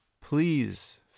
Please